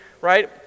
right